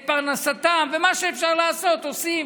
את פרנסתם, ומה שאפשר לעשות, עושים.